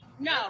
no